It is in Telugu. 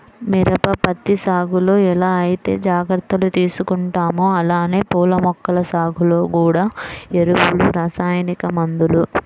మిరప, పత్తి సాగులో ఎలా ఐతే జాగర్తలు తీసుకుంటామో అలానే పూల మొక్కల సాగులో గూడా ఎరువులు, రసాయనిక మందులు